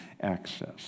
access